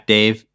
Dave